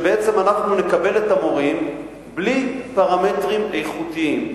שבעצם נקבל את המורים בלי פרמטרים איכותיים,